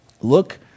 look